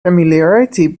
familiarity